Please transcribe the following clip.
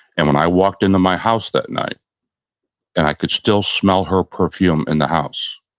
and when i walked into my house that night and i could still smell her perfume in the house,